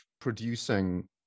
producing